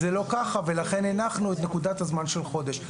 לכן הנחנו את נקודת הזמן של חודש.